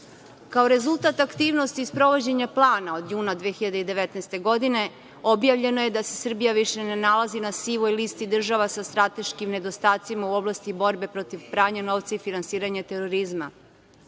rezultat aktivnosti sprovođenja plana od juna 2019. godine, objavljeno je da se Srbija više ne nalazi na sivoj listi država sa strateškim nedostacima u oblasti borbe protiv pranja novca i finansiranja terorizma.